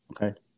Okay